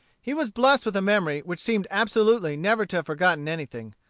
he was blessed with a memory which seemed absolutely never to have forgotten anything.